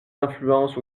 influences